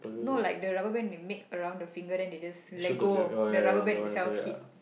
no like the rubber band they make around the finger then they just let go the rubber band itself hit